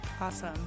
Awesome